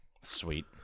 Sweet